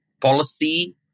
Policy